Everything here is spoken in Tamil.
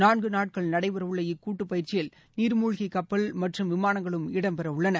நான்கு நாட்கள் நடைபெறவுள்ள இக்கூட்டு பயிற்சியில் நீர் மூழ்கி கப்பல் மற்றும் விமானங்களும் இடம்பெறவுள்ளன